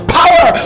power